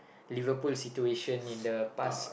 Liverpool situation in the past